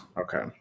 Okay